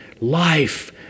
life